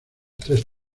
tres